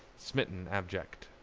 smitten abject.